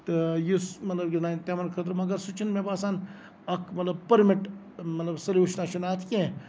تہٕ یُس مطلب یہِ نَنہِ تِمن خٲطرٕ مَگر سُہ چھُنہٕ مےٚ باسان اکھ مطلب پٔرمِنٹ مطلب سولوٗشنا چھُنہٕ اَتھ کیٚنہہ